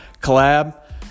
collab